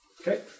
Okay